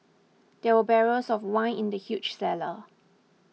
there were barrels of wine in the huge cellar